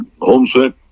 homesick